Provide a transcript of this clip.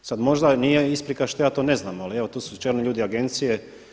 Sad možda nije isprika što ja to ne znam, ali evo tu su čelni ljudi agencije.